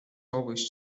always